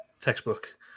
textbook